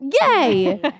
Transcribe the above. Yay